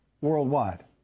worldwide